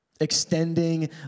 extending